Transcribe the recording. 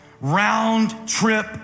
round-trip